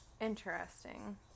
Interesting